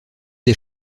des